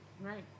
Right